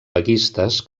vaguistes